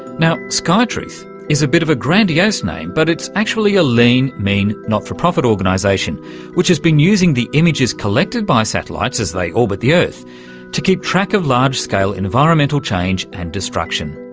skytruth is a bit of a grandiose name but it's actually a lean, mean not-for-profit organisation which has been using the images collected by satellites as they orbit the earth to keep track of large-scale environmental change and destruction.